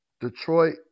Detroit